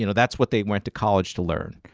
you know that's what they went to college to learn,